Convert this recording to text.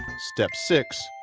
step six.